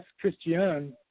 Christian